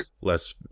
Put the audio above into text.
less